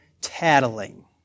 tattling